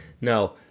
No